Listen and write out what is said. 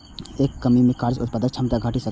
एकर कमी सं कार्य उत्पादक क्षमता घटि सकै छै